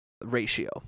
ratio